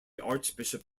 archbishop